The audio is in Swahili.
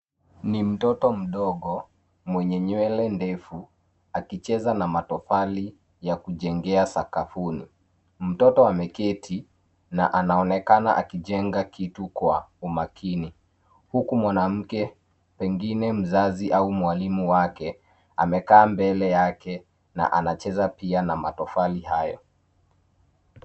Ni mtoto mdogo mwenye nywele ndefu akicheza na matofali ya kujengea sakafuni. Mtoto ameketi na anaonekana akijenga kitu kwa umakini huku mwanamke pengine mzazi au mwalimu wake amekaa mbele yake na anacheza pia na matofali hayo.